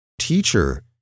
teacher